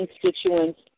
constituents